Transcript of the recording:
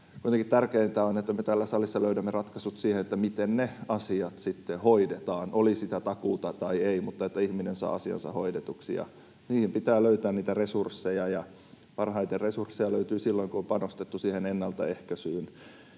tärkeintä on, että me täällä salissa löydämme ratkaisut siihen, miten ne asiat sitten hoidetaan, oli sitä takuuta tai ei, mutta niin, että ihminen saa asiansa hoidetuksi. Niihin pitää löytää niitä resursseja, ja parhaiten resursseja löytyy silloin, kun on panostettu ennaltaehkäisyyn.